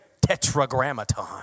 Tetragrammaton